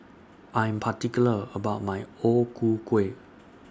I Am particular about My O Ku Kueh